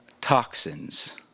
toxins